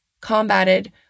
combated